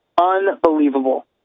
Unbelievable